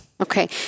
Okay